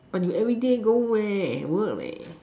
but you everyday go where work where